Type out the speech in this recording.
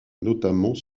notamment